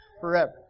forever